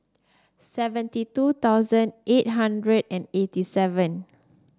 seventy two thousand eight hundred and eighty seven